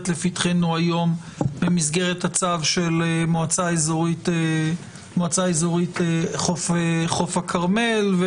לפתחנו היום במסגרת הצו של מועצה אזורית חוף הכרמל.